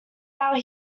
our